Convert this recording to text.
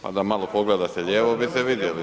Pa da malo pogledate lijevo bite vidjeli.